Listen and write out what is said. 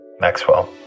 Maxwell